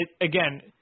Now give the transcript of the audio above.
again